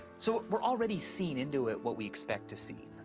so we're already seeing into it what we expect to see.